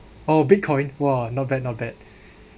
oh bitcoin !wah! not bad not bad